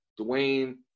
Dwayne